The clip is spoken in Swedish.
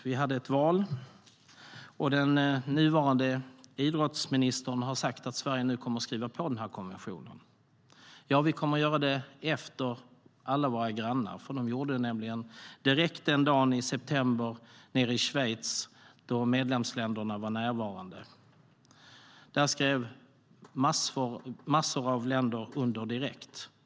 Vi har haft ett val, och den nuvarande idrottsministern har sagt att Sverige nu kommer att skriva under konventionen. Ja, vi kommer att göra det efter att våra grannar har gjort det. De skrev nämligen under direkt den dagen i september i Schweiz då medlemsländerna var närvarande. Massor av länder skrev under direkt.